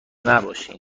نباشین